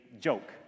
joke